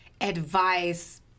advice